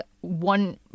one